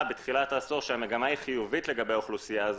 בתחילת העשור במגמה חיובית לגבי האוכלוסיה,